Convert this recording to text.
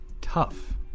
tough